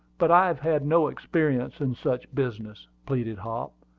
but i have had no experience in such business, pleaded hop.